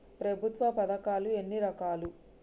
ప్రభుత్వ పథకాలు ఎన్ని రకాలు?